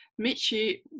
Michi